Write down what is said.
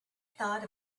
thought